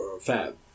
Fab